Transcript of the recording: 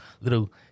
little